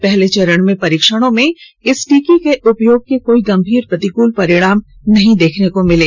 पहले चरण के परीक्षणों में इस टीके के उपयोग के कोई गंभीर प्रतिकूल परिणाम नहीं देखने को मिले